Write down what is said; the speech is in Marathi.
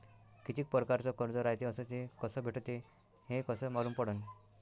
कितीक परकारचं कर्ज रायते अस ते कस भेटते, हे कस मालूम पडनं?